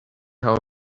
how